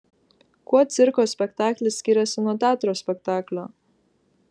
kuo cirko spektaklis skiriasi nuo teatro spektaklio